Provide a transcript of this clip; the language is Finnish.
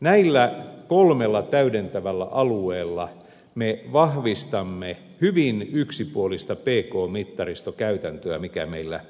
näillä kolmella täydentävällä alueella me vahvistamme hyvin yksipuolista bkt mittaristokäytäntöä mikä meillä